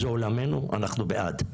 זה עולמנו ואנחנו בעד.